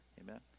Amen